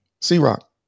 C-Rock